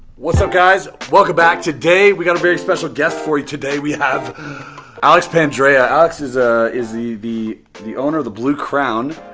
what's up, guys? welcome back. today, we got a very special guest, for you, today, we have alex pandrea. alex is ah is the the owner of the blue crown,